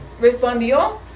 Respondió